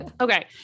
Okay